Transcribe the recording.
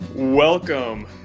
Welcome